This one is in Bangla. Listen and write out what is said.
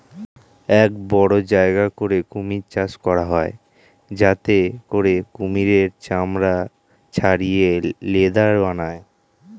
এক বড় জায়গা করে কুমির চাষ করা হয় যাতে করে কুমিরের চামড়া ছাড়িয়ে লেদার বানায়